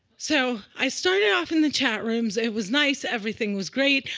so i started off in the chat rooms. it was nice. everything was great.